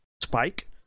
spike